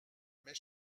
mes